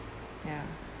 ya